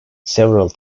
several